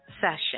Session